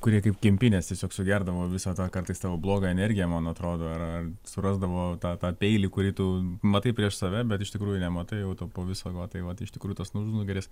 kurie kaip kempinės tiesiog sugerdavo visą tą kartais savo blogą energiją man atrodo ar ar surasdavo tą tą peilį kurį tu matai prieš save bet iš tikrųjų nematai jau to po viso va tai va tai iš tikrų tas užnugaris